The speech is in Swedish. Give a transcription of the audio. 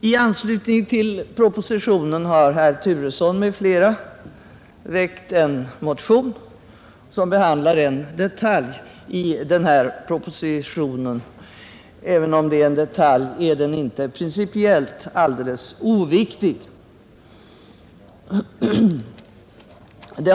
I anslutning till propositionen har väckts motionen 1180 med herr Turesson som första namn och där tas en detalj upp som principiellt inte är oviktig.